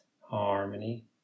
harmony